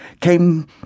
came